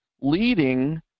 leading